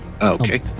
Okay